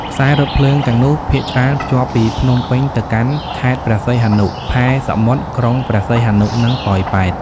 ខ្សែរថភ្លើងទាំងនោះភាគច្រើនភ្ជាប់ពីភ្នំពេញទៅកាន់ខេត្តព្រះសីហនុ ផែសមុទ្រក្រុងព្រះសីហនុ និងប៉ោយប៉ែត។